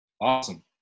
Awesome